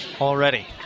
already